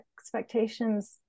expectations